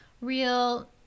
real